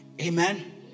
Amen